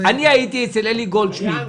אני הייתי אצל אלי גולדשמידט,